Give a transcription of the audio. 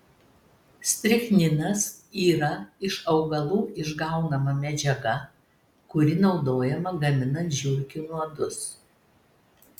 strichninas yra iš augalų išgaunama medžiaga kuri naudojama gaminant žiurkių nuodus